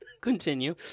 Continue